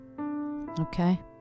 okay